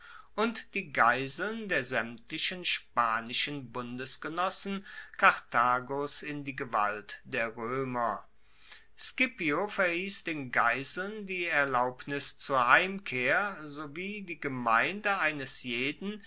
und die geiseln der saemtlichen spanischen bundesgenossen karthagos in die gewalt der roemer scipio verhiess den geiseln die erlaubnis zur heimkehr sowie die gemeinde eines jeden